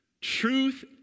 Truth